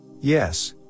Yes